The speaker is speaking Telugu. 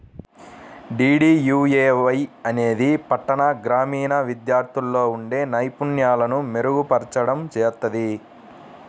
డీడీయూఏవై అనేది పట్టణ, గ్రామీణ విద్యార్థుల్లో ఉండే నైపుణ్యాలను మెరుగుపర్చడం చేత్తది